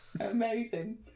amazing